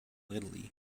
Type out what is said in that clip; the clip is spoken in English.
italy